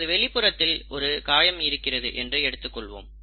நமது வெளிப்புறத்தில் ஒரு காயம் இருக்கிறது என்று எடுத்துக்கொள்வோம்